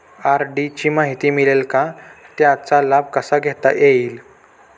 RD ची माहिती मिळेल का, त्याचा लाभ कसा घेता येईल?